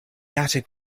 attic